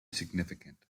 significant